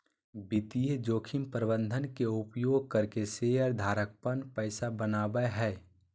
वित्तीय जोखिम प्रबंधन के उपयोग करके शेयर धारक पन पैसा बनावय हय